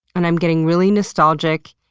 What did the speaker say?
and i'm getting really nostalgic,